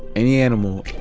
any animal,